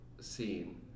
scene